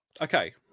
Okay